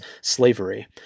slavery